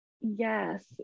Yes